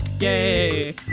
Yay